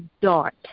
dart